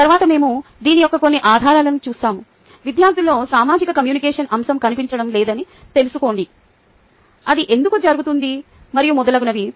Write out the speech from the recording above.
తరువాత మేము దీని యొక్క కొన్ని ఆధారాలను చూస్తాము విద్యార్థులలో సామాజిక కమ్యూనికేషన్ అంశం కనిపించడం లేదని తెలుసుకోండి అది ఎందుకు జరుగుతుంది మరియు మొదలగునవి